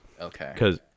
Okay